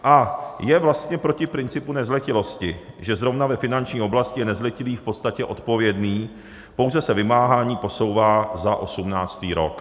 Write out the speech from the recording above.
A je vlastně proti principu nezletilosti, že zrovna ve finanční oblasti je nezletilý v podstatě odpovědný, pouze se vymáhání posouvá za 18. rok.